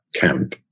camp